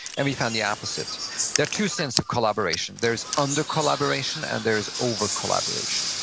and we found the opposite there are two sins of collaboration. there's under-collaboration, and there's over-collaboration.